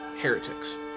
heretics